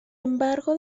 embargo